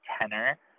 tenor